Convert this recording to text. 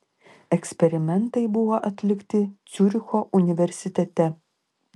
eksperimentai buvo atlikti ciuricho universitete